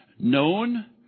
Known